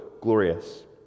glorious